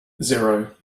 zero